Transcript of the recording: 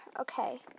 Okay